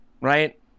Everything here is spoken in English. right